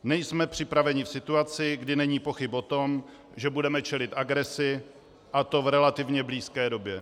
Nejsme připraveni v situaci, kdy není pochyb o tom, že budeme čelit agresi, a to v relativně blízké době.